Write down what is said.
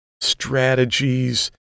strategies